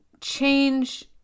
change